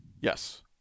Yes